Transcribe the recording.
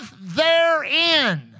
therein